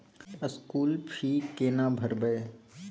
School fee केना भरबै?